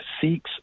seeks